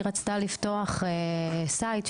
היא רצתה לפתוח סייט,